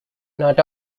not